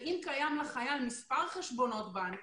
אם לחייל יש מספר חשבונות בנק